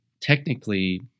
technically